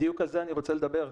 בדיוק על זה אני רוצה לדבר,